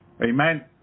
Amen